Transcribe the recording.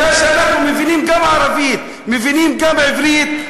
מפני שאנחנו מבינים גם ערבית וגם עברית,